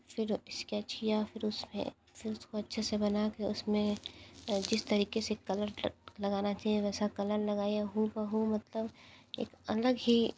फिर स्केच किया फिर उस में फिर उसको अच्छे से बना कर उस में जिस तरीक़े से कलर लगाना चाहिए वैसे कलर लगाया हू ब हू मतलब एक अलग ही